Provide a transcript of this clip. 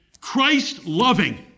Christ-loving